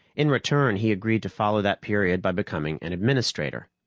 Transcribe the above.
in return, he agreed to follow that period by becoming an administrator.